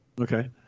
Okay